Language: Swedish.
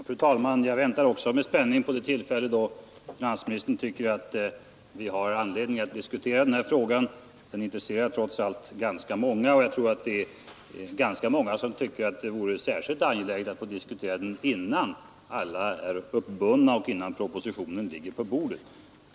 Fru talman! Jag väntar ock med spänning på det tillfälle då finansministern tycker att vi har anledning att diskutera den här frågan. Den intresserar trots allt ganska många, och jag tror att det vore särskilt angeläget att få diskutera den innan alla är uppbundna och propositionen ligger på bordet.